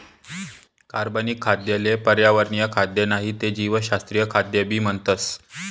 कार्बनिक खाद्य ले पर्यावरणीय खाद्य नाही ते जीवशास्त्रीय खाद्य भी म्हणतस